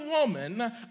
woman